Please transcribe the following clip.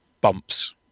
bumps